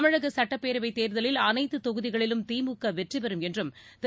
தமிழக சட்டப்பேரவை தேர்தலில் அனைத்து தொகுதிகளிலும் திமுக வெற்றிபெறும் என்றும் திரு